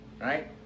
right